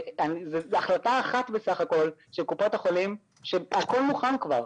זאת החלטה אחת בסך הכל של קופות החולים כשהכל מוכן כבר.